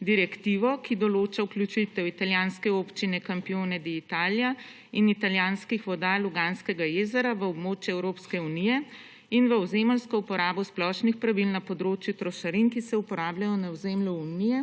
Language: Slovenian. direktivo, ki določa vključitev italijanske občine Campione di Italija in italijanskih voda Luganskega jezera v območje Evropske unije in v ozemeljsko uporabo splošnih pravil na področju trošarin, ki se uporabljajo na ozemlju unije